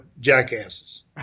jackasses